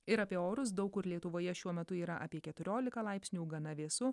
ir apie orus daug kur lietuvoje šiuo metu yra apie keturiolika laipsnių gana vėsu